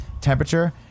temperature